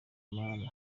mama